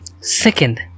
Second